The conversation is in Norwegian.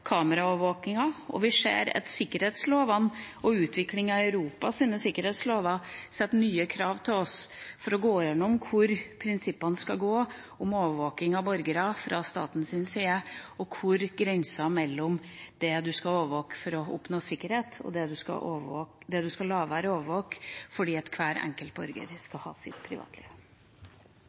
voksende kameraovervåkinga. Vi ser at sikkerhetslovene og utviklinga av Europas sikkerhetslover setter nye krav til oss om å gå gjennom hvordan prinsippene om overvåking av borgere fra statens side skal være, og hvor grensa mellom det man skal overvåke for å oppnå sikkerhet og det man skal la være å overvåke fordi hver enkelt borger